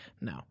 No